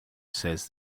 says